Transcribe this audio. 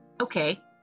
okay